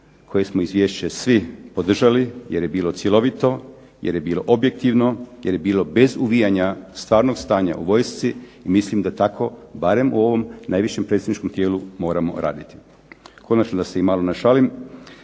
koje smo izvješće svi podržali, jer je bilo cjelovito, jer je bilo objektivno, jer je bilo bez uvijanja stvarnog stanja u vojsci, i mislim da tako barem u ovom najvišem predstavničkom tijelu moramo raditi. Konačno da se i malo našalim.